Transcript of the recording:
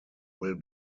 will